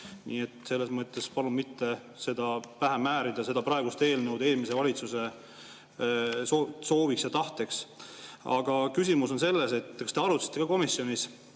Nii et selles mõttes palun mitte pähe määrida seda praegust eelnõu eelmise valitsuse soovi ja tahtena. Aga küsimus on selles: kas te arutasite komisjonis,